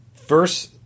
verse